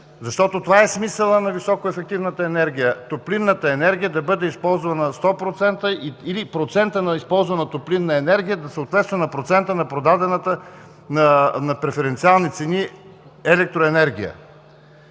Това е смисълът на високоефективната енергия – топлинната енергия да бъде използвана на 100% или процентът на използвана топлинна енергия да съответства на процента на продадената на преференциални цени електроенергия.